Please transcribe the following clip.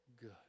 good